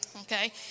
okay